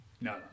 No